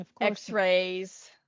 x-rays